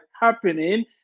happening